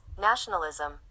nationalism